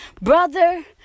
brother